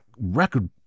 record